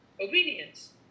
obedience